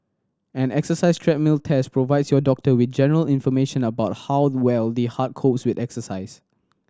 an exercise treadmill test provides your doctor with general information about how well the heart copes with exercise